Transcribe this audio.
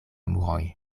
muroj